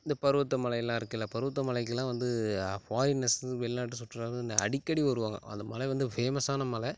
இந்த பருவத்தை மலையெலாம் இருக்குதுல பருவத்தை மலைக்கெல்லாம் வந்து ஃபாரினர்ஸு வெளிநாட்டு சுற்றுலா வந்து இந்த அடிக்கடி வருவாங்கள் அந்த மலை வந்து ஃபேமஸ்ஸானா மலை